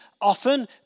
often